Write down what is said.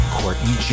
Courtney